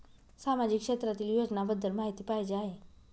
सामाजिक क्षेत्रातील योजनाबद्दल माहिती पाहिजे आहे?